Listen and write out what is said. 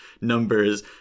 numbers